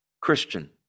Christian